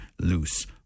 loose